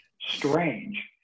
strange